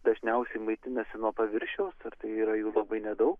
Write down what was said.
dažniausiai maitinasi nuo paviršiaus ir tai yra jų labai nedaug